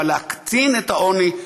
אבל להקטין את העוני,